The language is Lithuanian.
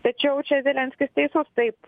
tačiau čia zelenskis teisus taip